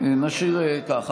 נשאיר ככה.